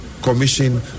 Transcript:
commission